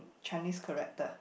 Chinese character